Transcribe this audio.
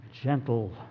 gentle